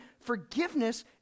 forgiveness